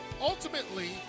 Ultimately